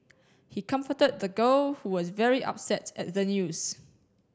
he comforted the girl who was very upset at the news